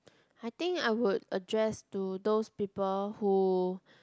I think I would address to those people who